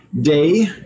day